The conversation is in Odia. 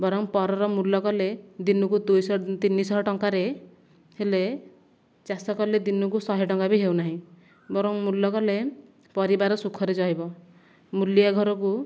ବରଂ ପରର ମୂଲ କଲେ ଦିନକୁ ଦୁଇଶହ ତିନିଶହ ଟଙ୍କାରେ ହେଲେ ଚାଷ କଲେ ଦିନକୁ ଶହେ ଟଙ୍କା ବି ହେଉନାହିଁ ବରଂ ମୂଲ କଲେ ପରିବାର ସୁଖରେ ରହିବ ମୂଲିଆ ଘରକୁ